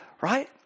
Right